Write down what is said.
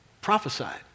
Prophesied